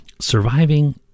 surviving